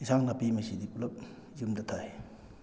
ꯏꯟꯁꯥꯡ ꯅꯥꯄꯤ ꯈꯩꯁꯤꯗꯤ ꯄꯨꯂꯞ ꯌꯨꯝꯗ ꯊꯥꯏ